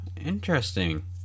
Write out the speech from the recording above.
Interesting